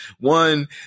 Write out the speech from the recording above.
one